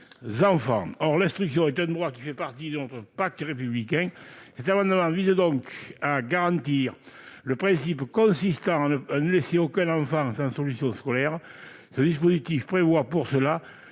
Or l'instruction est un droit qui fait partie de notre pacte républicain. Cet amendement vise donc à garantir le principe consistant à ne laisser aucun enfant sans solution scolaire. Ce dispositif prévoit pour cela,